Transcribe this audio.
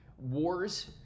wars